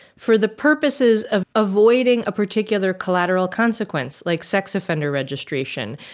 for the purposes of avoiding a particular collateral consequence, like sex offender registration,